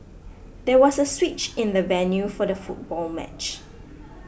there was a switch in the venue for the football match